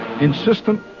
insistent